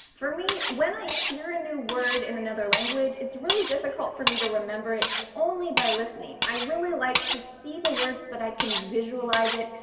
for me, when i hear a new word in another language, it's really difficult for me to remember it only by listening. i really like to see the words, that but i can visualize it,